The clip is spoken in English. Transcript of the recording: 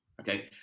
Okay